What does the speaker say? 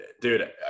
dude